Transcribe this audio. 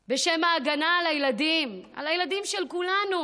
בשם ההגנה על הילדים, על הילדים של כולנו,